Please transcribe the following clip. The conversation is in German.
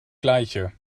gleiche